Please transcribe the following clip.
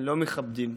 לא מכבדים.